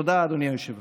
תודה, אדוני היושב-ראש.